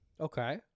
Okay